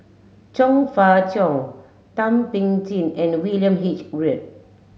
Chong Fah Cheong Thum Ping Tjin and William H Read